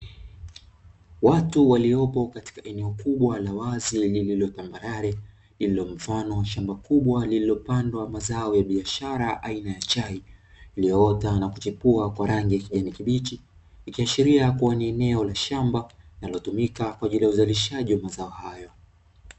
Watu waliopo katika eneo kubwa la wazi lenye tambalare, lililo mfano wa shamba kubwa lililopandwa zao la biashara aina ya chai iliyoota na kuchipua kwa rangi ya kijani kibichi, ikiashiria kuwa ni eneo la shamba linalotumika kwa ajilii ya uzalishaji wa mazao hayo.